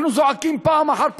אנחנו זועקים פעם אחר פעם.